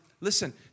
listen